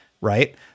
right